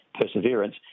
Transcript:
perseverance